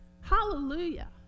Hallelujah